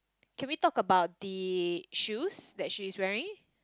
can we talk about the shoes that she is wearing